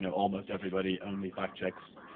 you know almost everybody only fact checks?